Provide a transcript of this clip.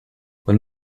when